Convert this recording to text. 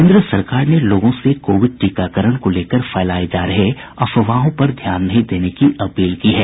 केन्द्र सरकार ने लोगों से कोविड टीकाकरण को लेकर फैलाये जा रहे अफवाहों पर ध्यान नहीं देने की अपील की है